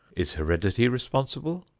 is heredity responsible?